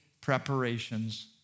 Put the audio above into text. preparations